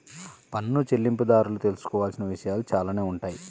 పన్ను చెల్లింపుదారులు తెలుసుకోవాల్సిన విషయాలు చాలానే ఉంటాయి